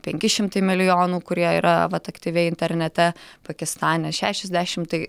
penki šimtai milijonų kurie yra vat aktyviai internete pakistane šešiasdešim tai